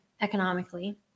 economically